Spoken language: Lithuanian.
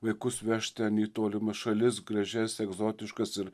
vaikus vežt ten į tolimas šalis gražias egzotiškas ir